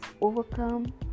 overcome